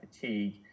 fatigue